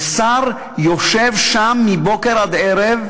ושר יושב שם מבוקר עד ערב,